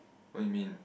what you mean